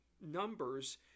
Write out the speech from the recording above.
numbers